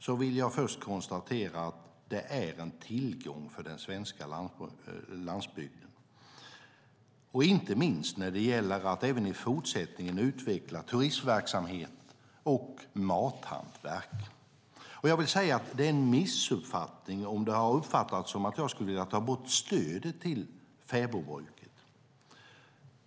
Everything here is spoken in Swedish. Jag vill först konstatera att det är en tillgång för den svenska landsbygden, inte minst när det gäller att även i fortsättningen utveckla turistverksamhet och mathantverk. Jag vill säga att det är en missuppfattning om det har uppfattats som att jag skulle vilja ta bort stödet till fäbodbruket.